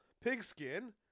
pigskin